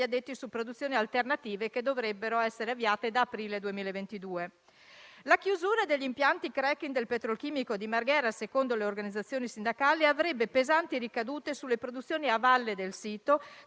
addetti su produzioni alternative che dovrebbero essere avviate da aprile 2022. La chiusura degli impianti *cracking* del petrolchimico di Marghera, secondo le organizzazioni sindacali, avrebbe pesanti ricadute sulle produzioni a valle del sito,